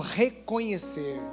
reconhecer